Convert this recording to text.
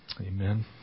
amen